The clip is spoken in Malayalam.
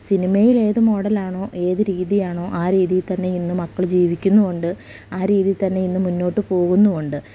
സിനിമയിൽ ഏത് മോഡലാണോ ഏത് രീതിയാണോ ആ രീതിയിൽ തന്നെ ഇന്ന് മക്കൾ ജീവിക്കുന്നുമുണ്ട് ആ രീതിയിൽ തന്നെ ഇന്ന് മുന്നോട്ട് പോകുന്നമുണ്ട്